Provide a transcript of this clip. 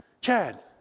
Chad